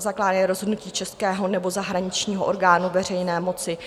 Zakládá je rozhodnutí českého nebo zahraničního orgánu veřejné moci